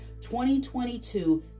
2022